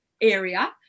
area